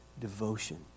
devotion